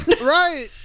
Right